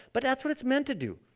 but that's what it's meant to do,